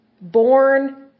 born